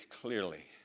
clearly